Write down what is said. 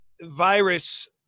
virus